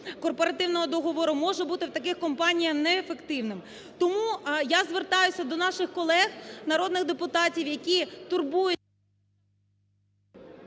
корпоративного договору може бути в таких компаніях не ефективним. Тому я звертаюся до наших колег народних депутатів, які…